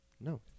No